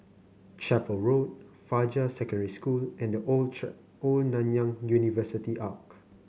Chapel Road Fajar Secondary School and The Old Old Nanyang University Arch